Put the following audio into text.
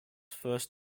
first